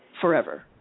forever